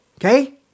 Okay